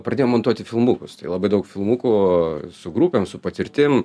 pradėjom montuoti filmukus tai labai daug filmukų su grupėm su patirtim